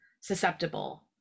susceptible